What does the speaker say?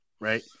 right